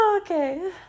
okay